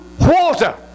water